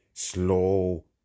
Slow